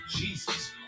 Jesus